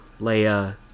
Leia